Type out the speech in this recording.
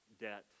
debt